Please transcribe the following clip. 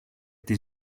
της